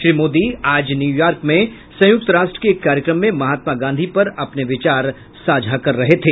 श्री मोदी आज न्यूयॉर्क में संयुक्त राष्ट्र के एक कार्यक्रम में महात्मा गांधी पर अपने विचार साझा कर रहे थे